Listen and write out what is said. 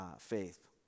faith